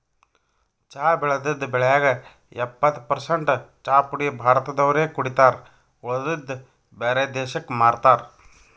ಚಾ ಬೆಳದಿದ್ದ್ ಬೆಳ್ಯಾಗ್ ಎಪ್ಪತ್ತ್ ಪರಸೆಂಟ್ ಚಾಪುಡಿ ಭಾರತ್ ದವ್ರೆ ಕುಡಿತಾರ್ ಉಳದಿದ್ದ್ ಬ್ಯಾರೆ ದೇಶಕ್ಕ್ ಮಾರ್ತಾರ್